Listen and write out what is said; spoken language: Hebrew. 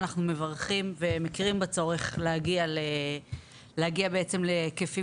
אנחנו מברכים ומכירים בצורך להגיע בעצם להיקפים